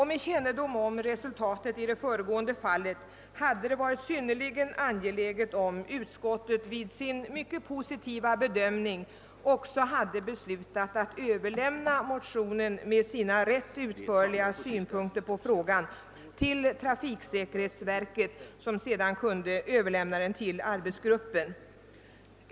Med kännedom om resuliatet i det föregående fallet hade det varit synnerligen angeläget om utskottet vid sin mycket positiva bedömning också hade beslutat att överlämna motionen med sina utförliga synpunkter på frågan för vidarebefordran till arbetsgruppen.